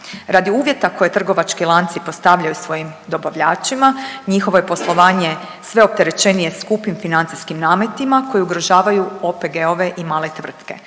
Radi uvjeta koje trgovački lanci postavljaju svojim dobavljačima njihovo je poslovanje sve opterećenije skupim financijskim nametima koji ugrožavaju OPG-ove i male tvrtke.